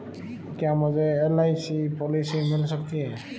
क्या मुझे LIC policy मिल सकती है?